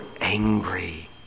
angry